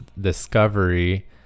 discovery